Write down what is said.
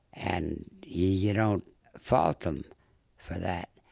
and you don't fault them for that,